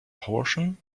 portion